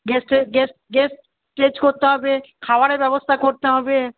গেস্টের guest guest stage করতে হবে খাবারের ব্যবস্থা করতে হবে